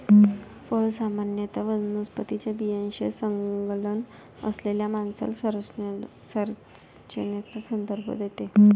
फळ सामान्यत वनस्पतीच्या बियाण्याशी संलग्न असलेल्या मांसल संरचनेचा संदर्भ देते